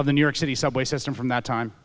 of the new york city subway system from that time